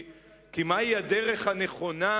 מהי הדרך הנכונה